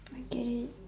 I get it